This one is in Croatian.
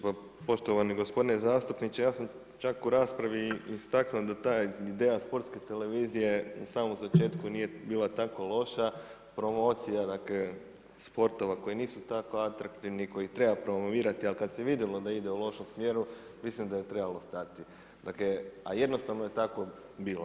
Pa poštovani gospodine zastupniče, ja sam čak u raspravi istaknuo da ta ideja Sportske televizije u samom začetku nije bila tako loša promocija sportova koji nisu tako atraktivni koje treba promovirati, ali kada se vidjelo da ide u loše smjeru mislim da je trebalo stati, a jednostavno je tako bilo.